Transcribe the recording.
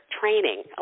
training